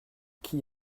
qui